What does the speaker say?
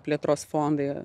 plėtros fondai